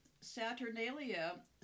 Saturnalia